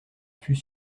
fut